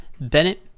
Bennett